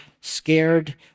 scared